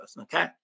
Okay